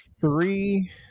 Three